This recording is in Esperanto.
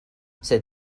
sed